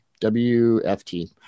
WFT